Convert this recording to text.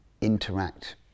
Interact